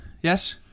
Yes